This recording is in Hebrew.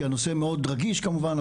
כי הנושא מאוד רגיש כמובן,